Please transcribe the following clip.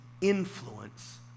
influence